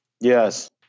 Yes